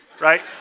right